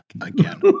Again